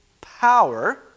power